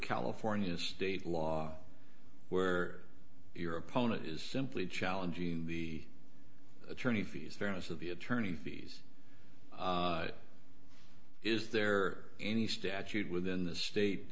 california state law where your opponent is simply challenging the attorney fees fairness of the attorney fees is there any statute within the state